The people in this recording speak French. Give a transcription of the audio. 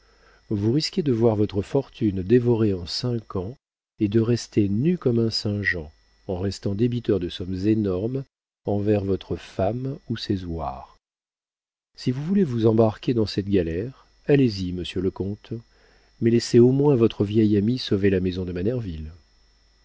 vous risquez de voir votre fortune dévorée en cinq ans et de rester nu comme un saint-jean en restant débiteur de sommes énormes envers votre femme ou ses hoirs si vous voulez vous embarquer dans cette galère allez-y monsieur le comte mais laissez au moins votre vieil ami sauver la maison de